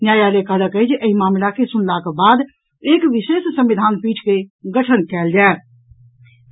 न्यायालय कहलक अछि जे एहि मामिला के सुनलाक बाद एक विशेष संविधान पीठ के गठन कयल जायत